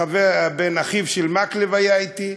בן אחיו של מקלב היה אתי,